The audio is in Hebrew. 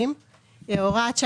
בבקשה, הינה, הרווחת.